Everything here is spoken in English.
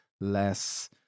less